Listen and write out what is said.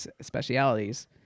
specialities